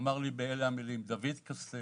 אמר לי באלה המילים: דוד קסטל,